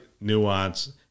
Nuance